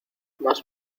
más